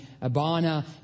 Abana